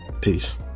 Peace